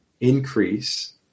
increase